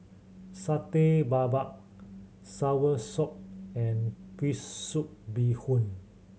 Satay Babat soursop and fish soup bee hoon